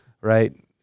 right